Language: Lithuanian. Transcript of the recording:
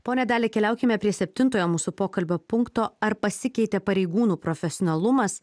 ponia dalia keliaukime prie septintojo mūsų pokalbio punkto ar pasikeitė pareigūnų profesionalumas